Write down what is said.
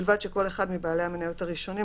ובלבד שכל אחד מבעלי המניות הראשונים,